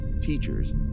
teachers